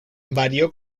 varió